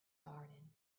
garden